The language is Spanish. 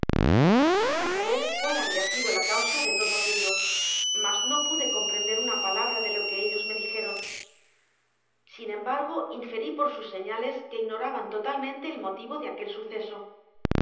quise saber cual habia sido la causa de todo aquello mas no pude comprender una palabra de lo que ellos me dijeroh sin embargo inferi por sus señales que ignoraban totalmente el motivo de aquel suceso